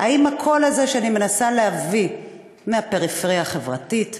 האם הקול הזה שאני מנסה להביא מהפריפריה החברתית,